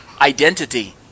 identity